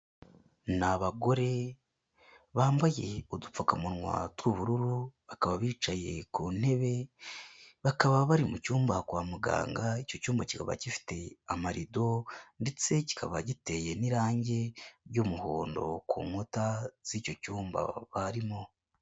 Ni abagore bambaye udupfukamunwa tw'ubururu. Bakaba bicaye ku ntebe, bakaba bari mu cyumba kwa muganga. Icyo cyumba kikaba gifite amarido ndetse kikaba giteye n'irangi ry'umuhondo ku nkuta, z'icyo cyumba barimo.